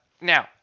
Now